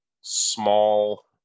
small